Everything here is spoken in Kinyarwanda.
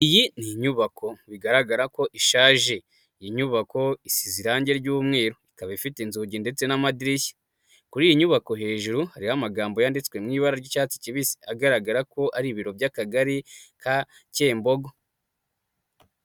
Iyi ni nyubako bigaragara ko ishaje, iyi nyubako isize irangi ry'umweru, ikaba ifite inzugi ndetse n'amadirishya, kuri iyi nyubako hejuru, hariho amagambo yanditswew' ibara ry'icyatsi kibisi, agaragara ko ari ibiro by'akagari ka Kembogo.